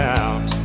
out